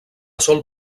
sol